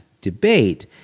debate